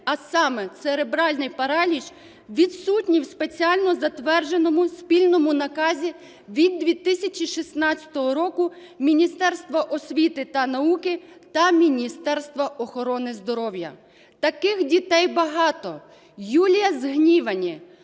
а саме церебральний параліч, відсутній в спеціально затвердженому спільному наказі від 2016 року Міністерства освіти та науки та Міністерства охорони здоров'я. Таких дітей багато. Юлія з Гнівані,